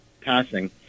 passing